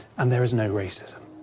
and there is no racism.